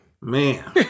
man